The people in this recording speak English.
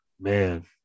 Man